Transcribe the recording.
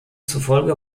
zufolge